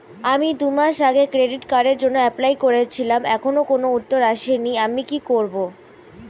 আমি দুমাস আগে ক্রেডিট কার্ডের জন্যে এপ্লাই করেছিলাম এখনো কোনো উত্তর আসেনি আমি কি করব?